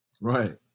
Right